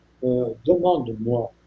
demande-moi